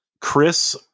Chris